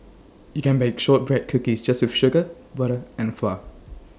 you can bake Shortbread Cookies just with sugar butter and flour